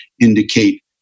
indicate